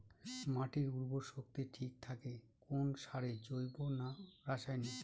মাটির উর্বর শক্তি ঠিক থাকে কোন সারে জৈব না রাসায়নিক?